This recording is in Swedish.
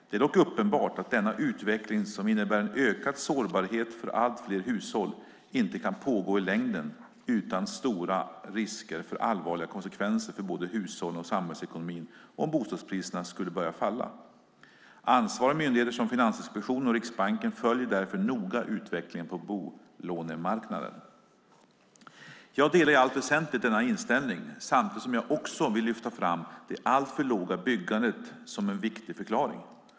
Det är dock uppenbart att denna utveckling, som innebär en ökad sårbarhet för allt fler hushåll, inte kan pågå i längden utan stora risker för allvarliga konsekvenser för både hushållen och samhällsekonomin om bostadspriserna skulle börja falla. Ansvariga myndigheter som Finansinspektionen och Riksbanken följer därför noga utvecklingen på bolånemarknaden. Jag delar i allt väsentligt denna inställning, samtidigt som jag också vill lyfta fram det alltför låga byggandet som en viktig förklaring.